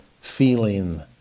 feeling